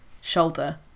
shoulder